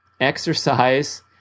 exercise